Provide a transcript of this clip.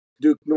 Duke